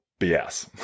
BS